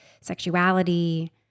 sexuality